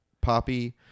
Poppy